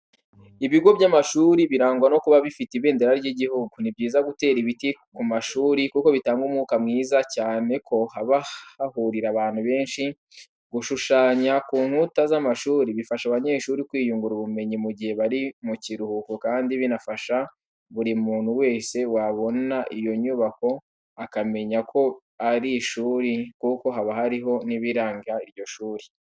Ibigo by'amashuri biragwa no kuba bifite ibendera ry'igihugu, ni byiza gutera ibiti ku mashuri kuko bitanga umwuka mwiza cyane ko haba hahurira abantu benshi. Gushushanya ku nkuta z'amashuri bifasha abanyeshuri kwiyungura ubumenyi mu gihe bari mu kiruhuko kandi binafasha buri muntu wese wabona iyo nyubako akamenya ko ari ishuri kuko haba hariho n'ibiranga iryo shuri.